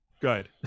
good